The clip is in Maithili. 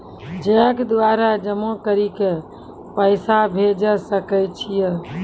चैक द्वारा जमा करि के पैसा भेजै सकय छियै?